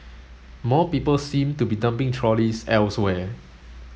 more people seem to be dumping trolleys elsewhere